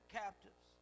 captives